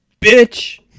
Bitch